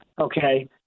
Okay